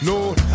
Lord